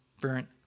burnt